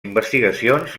investigacions